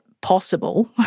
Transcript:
possible